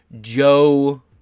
Joe